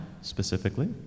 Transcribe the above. specifically